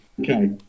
Okay